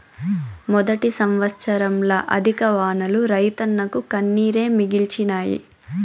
మొదటి సంవత్సరంల అధిక వానలు రైతన్నకు కన్నీరే మిగిల్చినాయి